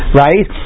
right